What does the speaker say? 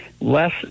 less